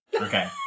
Okay